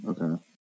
Okay